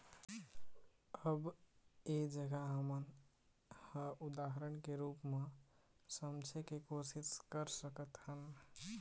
अब ऐ जघा हमन ह उदाहरन के रुप म समझे के कोशिस कर सकत हन